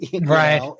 right